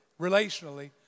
relationally